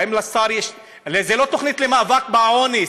האם לשר יש זה לא תוכנית למאבק בעוני.